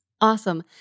Awesome